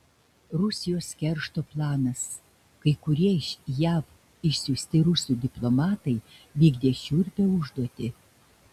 rusijos keršto planas kai kurie iš jav išsiųsti rusų diplomatai vykdė šiurpią užduotį